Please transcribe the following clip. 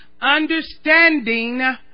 Understanding